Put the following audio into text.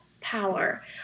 power